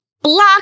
Block